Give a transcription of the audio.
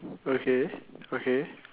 okay okay